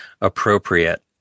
Appropriate